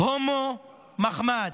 "הומו מחמד".